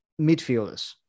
midfielders